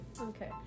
Okay